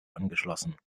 angeschlossen